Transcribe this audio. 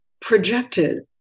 projected